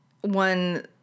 one